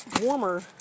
warmer